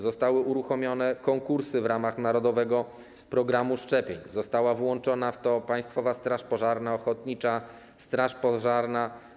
Zostały uruchomione konkursy w ramach narodowego programu szczepień, zostały w to włączone Państwowa Straż Pożarna i ochotnicza straż pożarna.